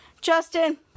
Justin